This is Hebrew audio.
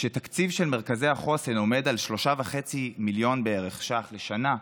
כשתקציב של מרכזי החוסן עומד על 3.5 מיליון ש"ח לשנה בערך,